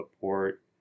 port